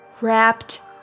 wrapped